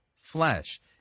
flesh